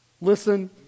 Listen